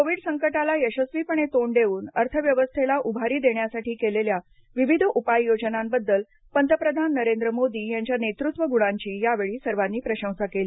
Covid संकटाला यशस्वीपणे तोंड देऊन अर्थव्यवस्थेला उभारी देण्यासाठी केलेल्या विविध उपाययोजनांबद्दल पंतप्रधान नरेंद्र मोदी यांच्या नेतृत्व गुणांची यावेळी सर्वांनी प्रशंसा केली